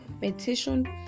meditation